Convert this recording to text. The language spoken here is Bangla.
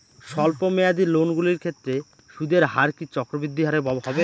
স্বল্প মেয়াদী লোনগুলির ক্ষেত্রে সুদের হার কি চক্রবৃদ্ধি হারে হবে?